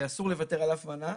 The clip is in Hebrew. ואסור לוותר על אף מנה.